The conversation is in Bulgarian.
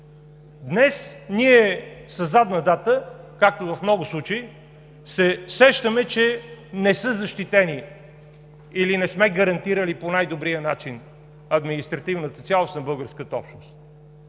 Днес ние със задна дата, както в много случаи, се сещаме, че не са защитени или не сме гарантирали по най-добрия начин административната цялост на българската общност.